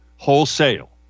wholesale